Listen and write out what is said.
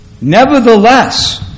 Nevertheless